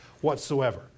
whatsoever